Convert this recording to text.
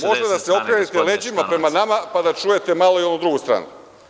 Možete da se okrenete leđima prema nama, pa da čujete malo i onu drugu stranu.